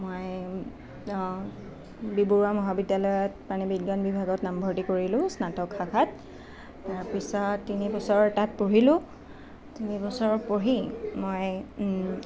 মই বি বৰুৱা মহাবিদ্যালয়ত মানে বিজ্ঞান বিভাগত নামভৰ্তি কৰিলোঁ স্নাতক শাখাত তাৰ পিছত তিনি বছৰ তাত পঢ়িলোঁ তিনি বছৰ পঢ়ি মই